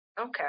Okay